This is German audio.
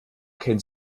kennt